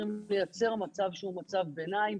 צריכים לייצר מצב ביניים,